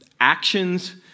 actions